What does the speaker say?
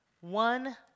One